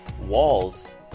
walls